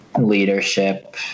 leadership